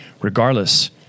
regardless